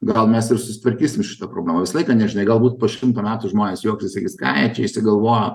gal mes ir susitvarkysim šita problema visą laiką nežinai galbūt po šimto metų žmonės juoksis sakys ką jie čia išsigalvojo